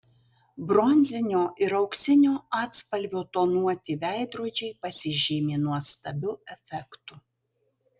bronzinio ir auksinio atspalvio tonuoti veidrodžiai pasižymi nuostabiu efektu